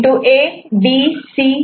ABCD